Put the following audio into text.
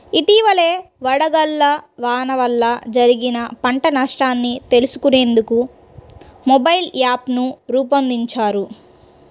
ఇటీవలనే వడగళ్ల వాన వల్ల జరిగిన పంట నష్టాన్ని తెలుసుకునేందుకు మొబైల్ యాప్ను రూపొందించారు